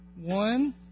one